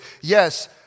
yes